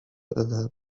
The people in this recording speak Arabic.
أذهب